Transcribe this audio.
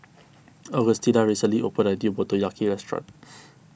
Augustina recently opened a new Motoyaki restaurant